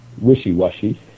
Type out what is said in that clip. wishy-washy